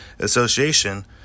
Association